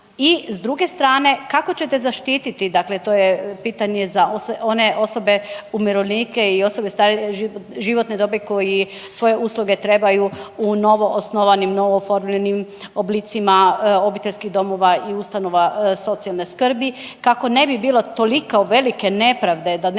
i s druge strane, kako ćete zaštititi, dakle to je pitanje za one osobe umirovljenike i osobe starije životne dobi koji svoje usluge trebaju u novoosnovanim, novooformljenim oblicima obiteljskih domova i ustanova socijalne skrbi kako ne bi bilo toliko velike nepravde, da netko